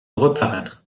reparaître